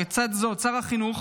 לצד זאת, שר החינוך